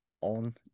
on